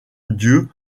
dieu